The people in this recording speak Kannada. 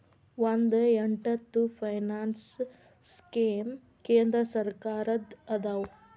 ಒಂದ್ ಎಂಟತ್ತು ಫೈನಾನ್ಸ್ ಸ್ಕೇಮ್ ಕೇಂದ್ರ ಸರ್ಕಾರದ್ದ ಅದಾವ